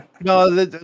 No